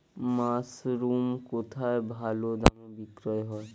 Mushroom কেথায় ভালোদামে বিক্রয় হয়?